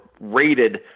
rated